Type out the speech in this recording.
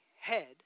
head